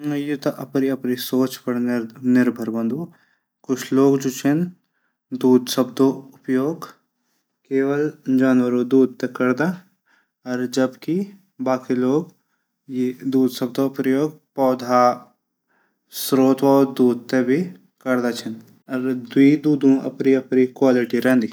यू तू अपड अपड सोच पर निर्भर हूंदू। कुछ लोग जू छन दूध शबदो उपयोग केवल जानवरों दूध थै करदा। अर जबकि कुछ लोग दूध शब्दो प्रयोग श्रोत वलू दूध थै भी करदा छन। दुवि दूधो अपड अपडी व्लालिटी रैदी।